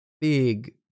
big